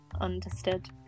understood